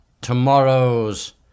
tomorrow's